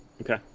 Okay